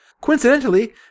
Coincidentally